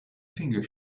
finger